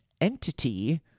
entity